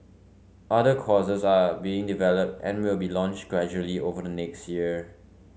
other courses are being developed and will be launched gradually over the next year